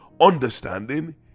understanding